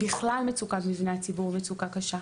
בכלל מצוקת מבני הציבור היא מצוקה קשה.